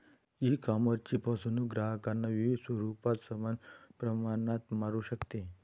ईकॉमर्सची फसवणूक ग्राहकांना विविध स्वरूपात समान प्रमाणात मारू शकते